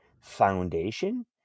foundation